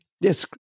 Yes